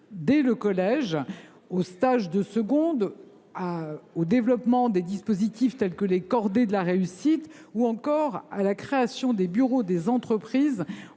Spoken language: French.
dès le collège, au stage de seconde, au développement de dispositifs tels que les cordées de la réussite, ou encore à la création d’un bureau des entreprises